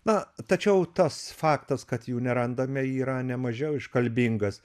na tačiau tas faktas kad jų nerandame yra ne mažiau iškalbingas